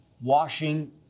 washing